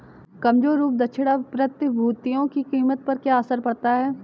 कमजोर रूप दक्षता का प्रतिभूतियों की कीमत पर क्या असर पड़ता है?